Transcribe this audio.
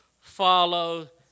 follow